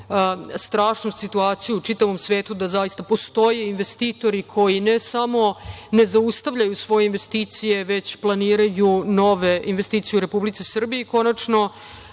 strašnu situaciju u čitavom svetu da zaista postoje investitori koji ne zaustavljaju svoje investicije već planiraju nove investicije u Republici Srbiji. Konačno,